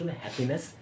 happiness